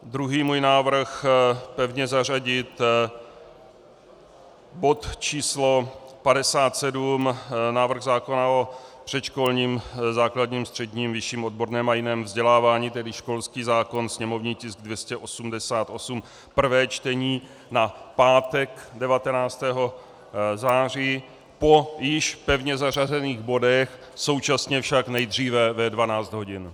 Druhý můj návrh pevně zařadit bod číslo 57, návrh zákona o předškolním, základním, středním, vyšším odborném a jiném vzdělávání, tedy školský zákon, sněmovní tisk 288, prvé čtení, na pátek 19. září po již pevně zařazených bodech, současně však nejdříve ve 12 hodin.